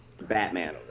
Batman